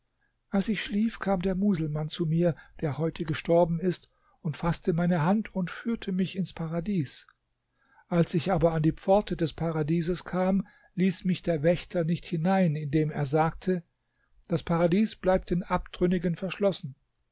als ich schlief kam der muselmann zu mir der heute gestorben ist und faßte meine hand und führte mich ins paradies als ich aber an die pforte des paradieses kam ließ mich der wächter nicht hinein indem er sagte das paradies bleibt den abtrünnigen verschlossen